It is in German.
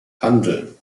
handeln